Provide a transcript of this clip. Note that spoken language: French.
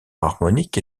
harmonique